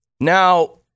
Now